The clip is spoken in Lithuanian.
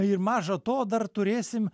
ir maža to dar turėsim